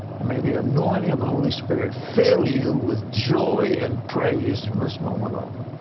and may the anointing of the holy spirit fill you with joy and praise from this moment on.